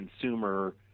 consumer